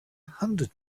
hundred